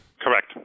Correct